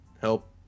help